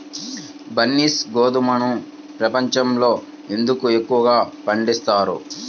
బన్సీ గోధుమను ప్రపంచంలో ఎందుకు ఎక్కువగా పండిస్తారు?